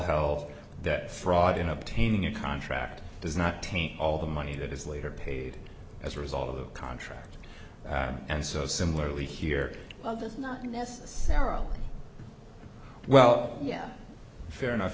care that fraud in obtaining a contract does not taint all the money that is later paid as a result of the contract and so similarly here well that's not necessarily well yeah fair enough